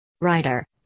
Writer